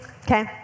Okay